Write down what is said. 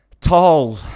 tall